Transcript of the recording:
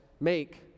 make